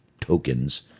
tokens